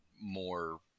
more